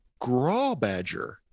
Grawbadger